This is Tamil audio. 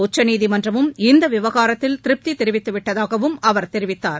உச்சநீதிமன்றமும் இந்த விவகாரத்தில் திருப்தி தெரிவித்து விட்டதாகவும் அவர் தெரிவித்தார்